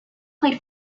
played